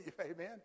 amen